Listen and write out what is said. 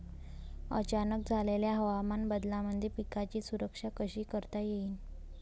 अचानक झालेल्या हवामान बदलामंदी पिकाची सुरक्षा कशी करता येईन?